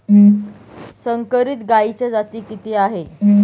संकरित गायीच्या जाती किती आहेत?